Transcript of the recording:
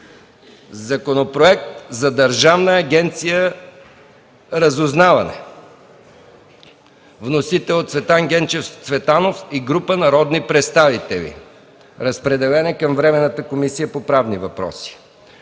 Законопроект за Държавна агенция „Разузнаване”. Вносители – Цветан Генчев Цветанов и група народни представители. Разпределен е на Временната комисия по правни въпроси.